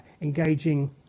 engaging